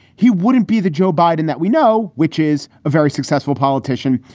he wouldn't be the joe biden that we know, which is a very successful politician,